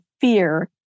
fear